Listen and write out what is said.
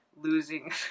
Losing